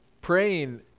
praying